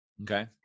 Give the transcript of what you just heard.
Okay